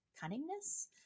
cunningness